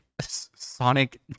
sonic